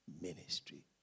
ministry